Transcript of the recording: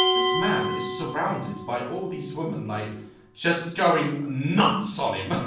this man is surrounded by all these women like just going nuts on him